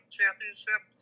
Championship